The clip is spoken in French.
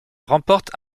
remporte